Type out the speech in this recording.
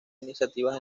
iniciativas